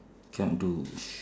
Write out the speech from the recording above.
can do